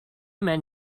men